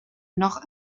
noch